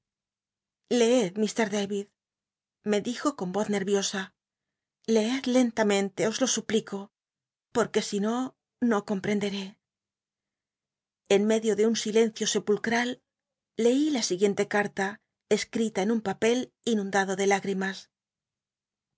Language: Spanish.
id me dijo con y leed len tamente os lo suplit o poi'iiiic no no comprende ré en medio de un silencio sepulcral jci la si biblioteca nacional de españa david copperfield guiente carla escrita en un papel inundado de lágtimas